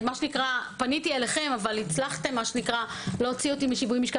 פניתי אליכם אבל הצלחתם להוציא אותי משיווי משקל.